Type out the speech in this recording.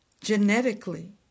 genetically